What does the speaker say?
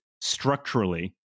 structurally